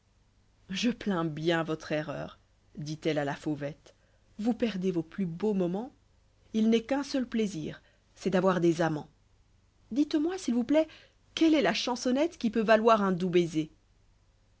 je plains bien votre erreur dit-elle à la fauvette vous perdez vos plus beaux moments il n'est qu'un seul plaisir c'est d'avoir des amant dites-moi s'il vous plaît quelle est la chansonnett qui peut valoir un doux baiser